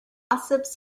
gossips